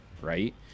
Right